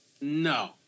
no